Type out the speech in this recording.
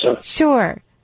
Sure